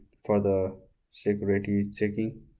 for the security checking.